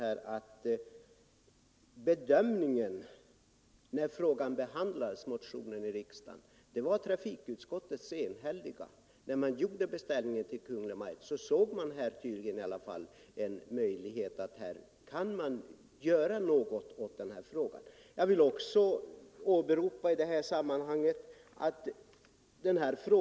När motionen behandlades i riksdagen var det utskottets enhälliga uppfattning att hos Kungl. Maj:t hemställa om den utredning som låg till grund för riksdagens beslut. Man ansåg tydligen att det fanns en möjlighet att göra något åt den här frågan.